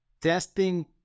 testing